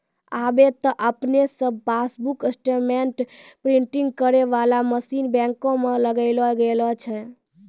आबे त आपने से पासबुक स्टेटमेंट प्रिंटिंग करै बाला मशीन बैंको मे लगैलो गेलो छै